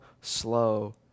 slow